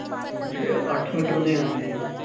ਅੱਛਾ ਅੱਠ ਮੀਟਰ ਦੀ ਲੈਣੀ ਸੀ